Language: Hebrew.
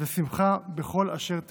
ושמחה בכל אשר תפני.